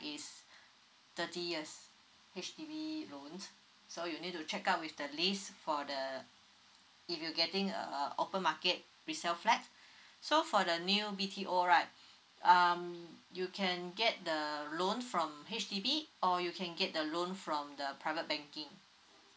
is thirty years H_D_B loan so you need to check out with the lease for the if you getting a open market resell flat so for the new BTO right um you can get the loan from H_D_B or you can get the loan from the private banking